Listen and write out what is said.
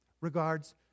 regards